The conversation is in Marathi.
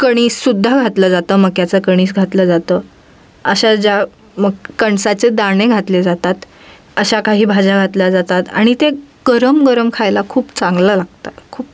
कणीस सुद्धा घातलं जातं मक्याचं कणीस घातलं जातं अशा ज्या मक कणसाचे दाणे घातले जातात अशा काही भाज्या घातल्या जातात आणि ते गरम गरम खायला खूप चांगलं लागता खूप